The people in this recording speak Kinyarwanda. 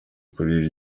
kuri